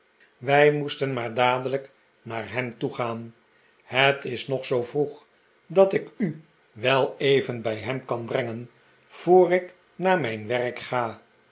wij moesten maar dadelijk naar hem toe gaan het is nog zoo vroeg dat ik u wel even bij hem kan brengen voor ik naar mijn werk ga